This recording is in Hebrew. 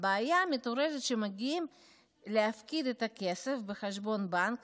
הבעיה מתעוררת כאשר מגיעים להפקיד את הכסף בחשבון בנק